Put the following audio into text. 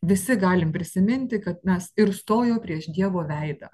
visi galim prisiminti kad mes ir stojo prieš dievo veidą